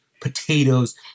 potatoes